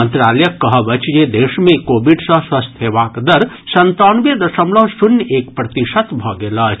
मंत्रालयक कहब अछि जे देश मे कोविड सँ स्वस्थ हेबाक दर संतानवे दशमलव शून्य एक प्रतिशत भऽ गेल अछि